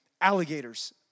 Alligators